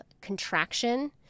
contraction